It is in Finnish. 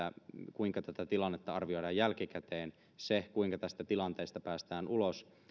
kuinka tätä tilannetta arvioidaan jälkikäteen se kuinka tästä tilanteesta päästään ulos